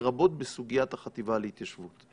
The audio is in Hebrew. לרבות בסוגיית החטיבה להתיישבות.